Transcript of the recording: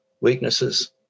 weaknesses